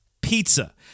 Pizza